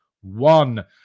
one